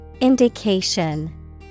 Indication